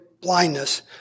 blindness